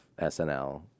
SNL